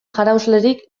jaraunslerik